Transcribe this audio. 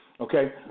Okay